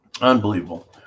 Unbelievable